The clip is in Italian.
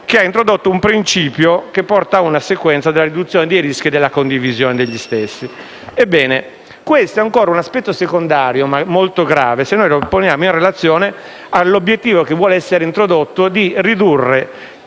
che ha introdotto un principio che porta ad una sequenza della riduzione dei rischi e della condivisione degli stessi. Ebbene, questo è ancora un aspetto secondario ma molto grave, se lo poniamo in relazione all'obiettivo che vuole essere introdotto di ridurre